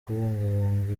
kubungabunga